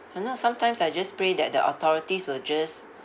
!hannor! sometimes I just pray that the authorities will just